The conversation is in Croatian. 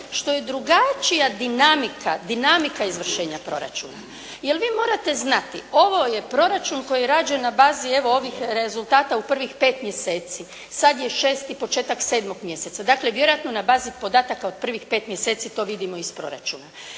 što je drugačija dinamika, dinamika izvršenja proračuna. Jer vi morate znati ovo je proračun koji je rađen na bazi evo ovih rezultata u prvih 5 mjeseci, sad je šesti, početak sedmog mjeseca, dakle vjerojatno na bazi podataka od prvih pet mjeseci to vidimo iz proračuna.